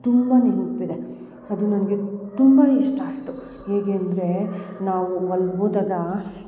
ತುಂಬ ನೆನಪಿದೆ ಅದು ನನಗೆ ತುಂಬ ಇಷ್ಟ ಆಯಿತು ಹೇಗೆ ಅಂದರೆ ನಾವು ಅಲ್ಲಿ ಹೋದಾಗ